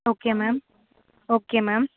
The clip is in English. okay ma'am okay ma'am